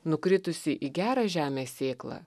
nukritusi į gerą žemę sėkla